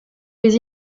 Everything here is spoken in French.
les